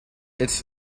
its